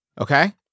okay